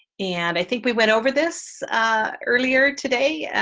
and i think we went over this earlier today,